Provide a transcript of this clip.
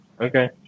Okay